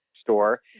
store